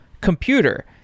computer